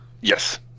Yes